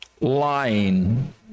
lying